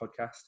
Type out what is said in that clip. podcast